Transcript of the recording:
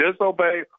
disobey